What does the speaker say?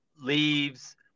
leaves